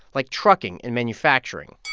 like trucking and manufacturing